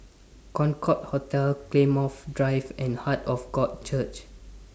Concorde Hotel Claymore Drive and Heart of God Church